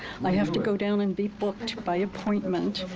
i have to go down and be booked by appointment.